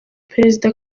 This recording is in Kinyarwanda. perezida